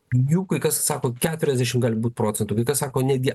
jų kai kas sako keturiasdešimt gali būt procentų kai kas sako netgi